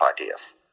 ideas